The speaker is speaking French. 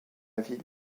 ville